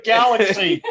Galaxy